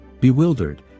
Bewildered